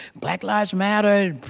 black lives matter,